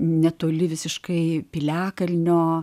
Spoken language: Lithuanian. netoli visiškai piliakalnio